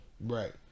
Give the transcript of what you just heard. Right